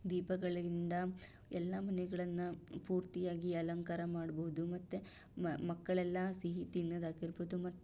ದೀಪಗಳಿಂದ ಎಲ್ಲ ಮನೆಗಳನ್ನು ಪೂರ್ತಿಯಾಗಿ ಅಲಂಕಾರ ಮಾಡ್ಬೋದು ಮತ್ತೆ ಮಕ್ಕಳೆಲ್ಲ ಸಿಹಿ ತಿನ್ನೋದಾಗಿರ್ಬೋದು ಮತ್ತೆ